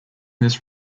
this